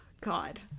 God